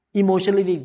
emotionally